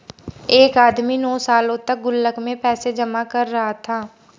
एक आदमी नौं सालों तक गुल्लक में पैसे जमा कर रहा था